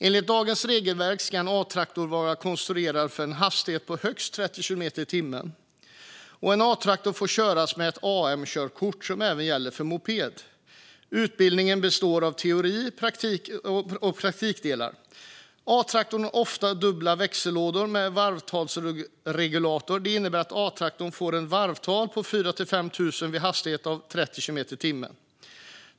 Enligt dagens regelverk ska en A-traktor vara konstruerad för en hastighet på högst 30 kilometer i timmen, och en A-traktor får köras med ett AM-körkort, som även gäller för moped. Utbildningen består av teori och praktiska delar. A-traktorer har ofta dubbla växellådor med varvtalsregulator. Det innebär att A-traktorn får ett varvtal på 4 000-5 000 vid en hastighet på 30 kilometer i timmen.